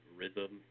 rhythm